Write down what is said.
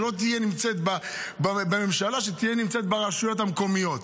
שלא תהיה בממשלה אלא ברשויות המקומיות.